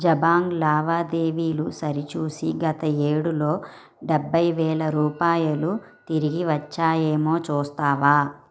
జబాంగ్ లావాదేవీలు సరిచూసి గత ఏడులో డెబ్భై వేల రూపాయలు తిరిగి వచ్చాయేమో చూస్తావా